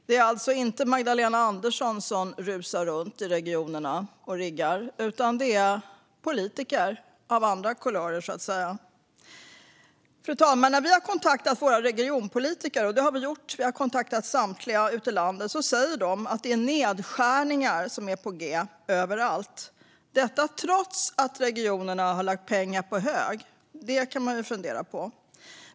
Det är alltså inte Magdalena Andersson som rusar runt i regionerna och riggar, utan det är politiker av andra kulörer. Fru talman! När vi har kontaktat våra regionpolitiker ute i landet - och vi har kontaktat samtliga - säger de att det är nedskärningar på g överallt, detta trots att regionerna har lagt pengar på hög. Det kan man fundera på.